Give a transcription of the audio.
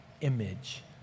image